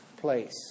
place